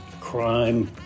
crime